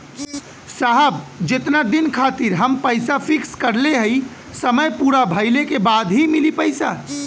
साहब जेतना दिन खातिर हम पैसा फिक्स करले हई समय पूरा भइले के बाद ही मिली पैसा?